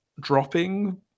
dropping